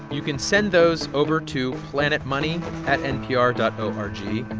you can send those over to planetmoney at npr dot o r g.